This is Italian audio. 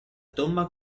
tomba